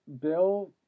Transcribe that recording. Bill